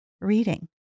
reading